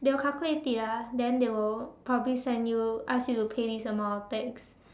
they will calculate it lah then they will probably send you ask you to pay this amount of tax